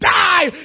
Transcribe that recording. die